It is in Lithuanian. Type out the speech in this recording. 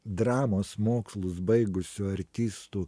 dramos mokslus baigusių artistų